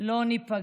לא ניפגע.